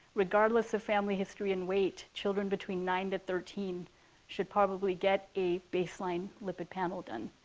regardless of family history and weight, children between nine to thirteen should probably get a baseline lipid panel done.